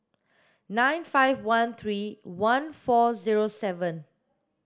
nine five one three one four zero seven